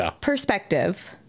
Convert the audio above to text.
perspective